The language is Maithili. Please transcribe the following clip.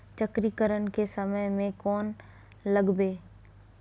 चक्रीकरन के समय में कोन लगबै?